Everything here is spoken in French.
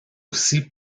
aussi